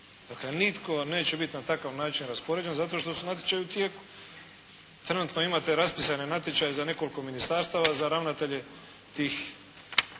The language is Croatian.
Dakle, nitko neće biti na takav način raspoređen zato što su natječaji u tijeku. Trenutno imate raspisane natječaje za nekoliko ministarstava za ravnatelje u